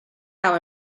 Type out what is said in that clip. how